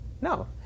No